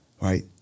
Right